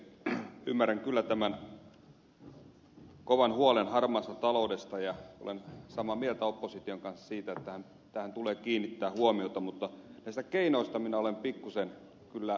ymmärrän kyllä tämän kovan huolen harmaasta taloudesta ja olen samaa mieltä opposition kanssa siitä että tähän tulee kiinnittää huomiota mutta näistä keinoista minä olen pikkuisen kyllä huolissani